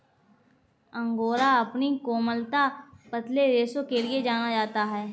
angora अपनी कोमलता, पतले रेशों के लिए जाना जाता है